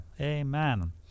Amen